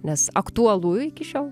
nes aktualu iki šiol